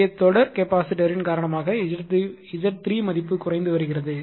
இங்கே தொடரி கெப்பாசிட்டர்யின் காரணமாக Z3 மதிப்பு குறைந்து வருகிறது